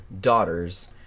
daughters